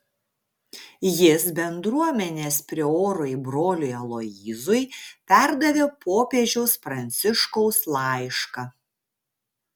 jis bendruomenės priorui broliui aloyzui perdavė popiežiaus pranciškaus laišką